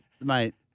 mate